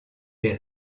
des